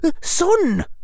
sun